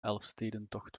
elfstedentocht